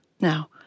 Now